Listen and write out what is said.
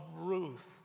Ruth